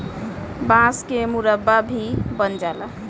बांस के मुरब्बा भी बन जाला